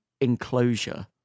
enclosure